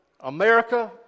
America